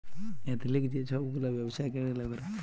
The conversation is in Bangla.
এথলিক যে ছব গুলা ব্যাবছা ক্যরে লকরা